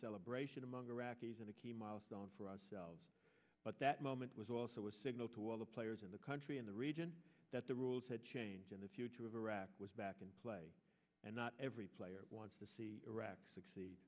celebration among iraqis and a key milestone for ourselves but that moment was also a signal to all the players in the country in the region that the rules had changed in the future of iraq was back in play and not every player wants to see iraq succeed